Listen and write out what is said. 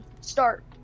start